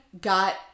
got